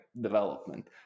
development